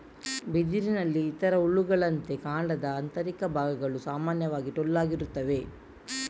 ಬಿದಿರಿನಲ್ಲಿ ಇತರ ಹುಲ್ಲುಗಳಂತೆ, ಕಾಂಡದ ಆಂತರಿಕ ಭಾಗಗಳು ಸಾಮಾನ್ಯವಾಗಿ ಟೊಳ್ಳಾಗಿರುತ್ತವೆ